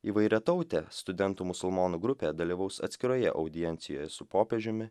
įvairiatautė studentų musulmonų grupė dalyvaus atskiroje audiencijoje su popiežiumi